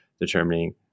determining